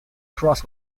cross